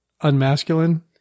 unmasculine